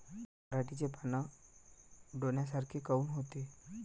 पराटीचे पानं डोन्यासारखे काऊन होते?